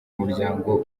umuryango